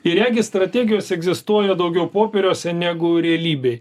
ir regis strategijos egzistuoja daugiau popieriuose negu realybėj